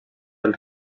del